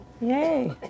Yay